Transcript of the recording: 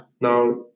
Now